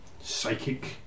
psychic